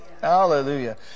Hallelujah